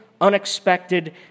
unexpected